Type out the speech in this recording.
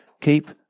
Keep